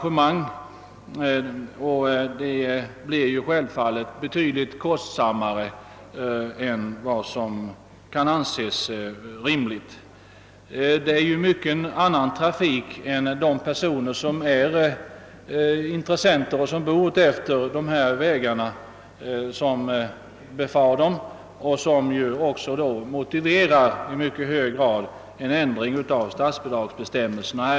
Detta blir självfallet betydligt kostsammare än vad som kan anses rimligt. Det är inte heller bara de personer som bor. utmed vägarna som trafikerar dessa, vilket är ännu en sak som i mycket hög grad motiverar en ändring av statsbidragsbestämmelserna.